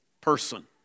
person